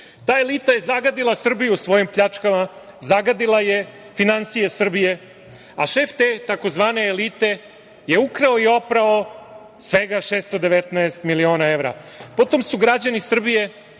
elita je zagadila Srbiju svojim pljačkama, zagadila je finansije Srbije, a šef te tzv. elite je ukrao i oprao svega 619.000.000 evra. Potom su građani Srbije